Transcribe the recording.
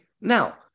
Now